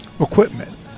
equipment